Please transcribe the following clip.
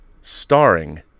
starring